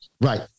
Right